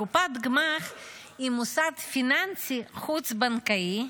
קופת גמ"ח היא מוסד פיננסי חוץ בנקאי,